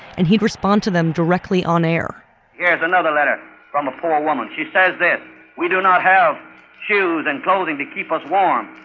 and he'd respond to them directly on air here's another letter from a poor woman. she says this we do not have shoes and clothing to keep us warm.